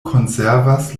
konservas